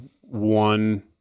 one